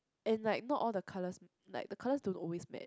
and like not all the colors like the colors don't always match